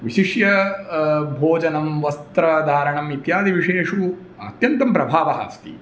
विशिष्य भोजनं वस्त्रधारणम् इत्यादिविषयेषु अत्यन्तं प्रभावः अस्ति